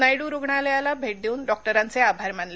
नायडू रुग्णालयाला भेट देऊन डॉक्टरांचे आभार मानले